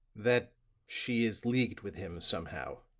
that she is leagued with him, somehow,